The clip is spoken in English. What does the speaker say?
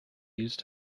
used